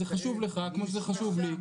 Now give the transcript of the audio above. זה חשוב לך כמו שזה חשוב לי.